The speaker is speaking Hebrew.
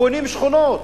בונים שכונות,